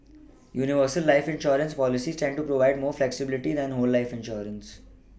universal life insurance policies tend to provide more flexibility than whole life insurance